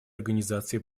организации